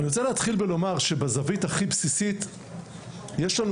אני רוצה להתחיל ולומר שבזווית הכי בסיסית יש לנו